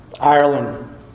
Ireland